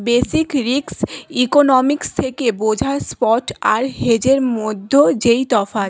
basic risk economics থেকে বোঝা spot আর হেজের মধ্যে যেই তফাৎ